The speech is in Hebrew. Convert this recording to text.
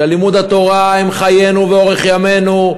שלימוד התורה הוא חיינו ואורך ימינו,